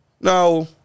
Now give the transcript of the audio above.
Now